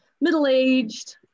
middle-aged